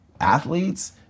athletes